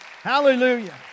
Hallelujah